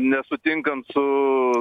nesutinkant su